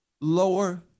lower